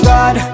God